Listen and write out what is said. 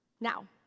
Now